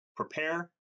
Prepare